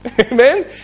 Amen